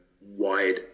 wide